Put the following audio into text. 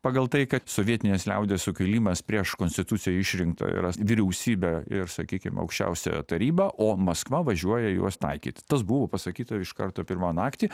pagal tai kad sovietinės liaudies sukilimas prieš konstitucija išrinktą vyriausybę ir sakykim aukščiausioji taryba o maskva važiuoja juos taikyti tas buvo pasakyta iš karto pirmą naktį